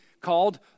called